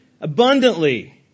abundantly